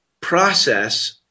process